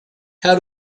how